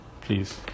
Please